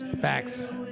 Facts